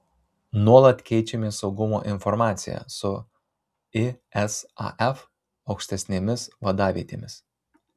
nuolat keičiamės saugumo informacija su isaf aukštesnėmis vadavietėmis